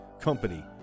company